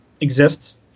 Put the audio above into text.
exists